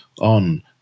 on